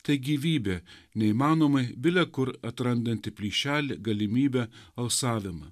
tai gyvybė neįmanomai bile kur atrandanti plyšelį galimybę alsavimą